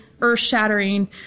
earth-shattering